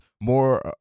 more